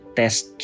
test